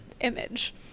image